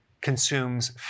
consumes